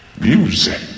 music